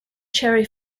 cherry